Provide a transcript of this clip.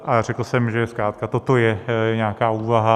A řekl jsem, že zkrátka toto je nějaká úvaha.